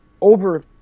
over